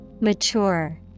Mature